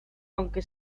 aunque